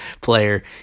player